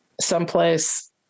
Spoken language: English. someplace